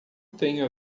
tenho